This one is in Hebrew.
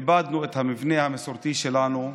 איבדנו את המבנה המסורתי שלנו,